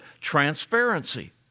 transparency